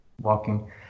walking